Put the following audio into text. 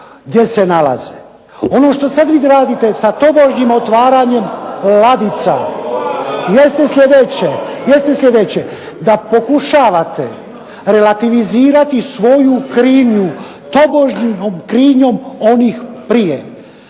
gdje se nalaze. Ono što sad vi radite sa tobožnjim otvaranjem ladica jeste sljedeće da pokušavate relativizirati svoju krivnju tobožnjom krivnjom onih prije.